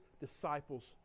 disciples